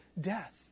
death